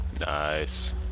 nice